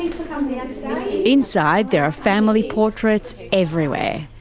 yeah inside, there are family portraits everywhere.